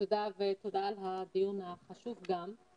תודה ותודה על הדיון החשוב גם.